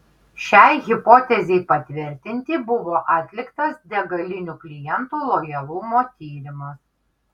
šiai hipotezei patvirtinti buvo atliktas degalinių klientų lojalumo tyrimas